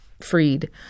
freed